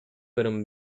fueron